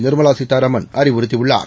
நிர்மலா சீதாராமன் அறிவுறுத்தியுள்ளார்